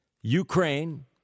Ukraine